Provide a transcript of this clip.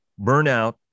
burnout